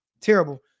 Terrible